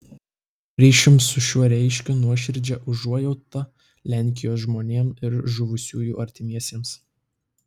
ryšium su šiuo reiškiu nuoširdžią užuojautą lenkijos žmonėms ir žuvusiųjų artimiesiems